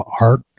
art